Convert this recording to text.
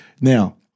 Now